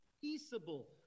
peaceable